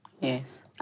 Yes